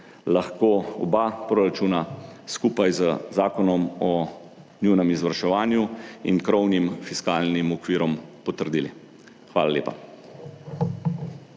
lahko oba proračuna skupaj z Zakonom o njunem izvrševanju in krovnim fiskalnim okvirom potrdili. Hvala lepa.